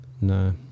No